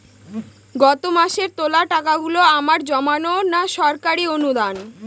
গত মাসের তোলা টাকাগুলো আমার জমানো না সরকারি অনুদান?